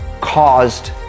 caused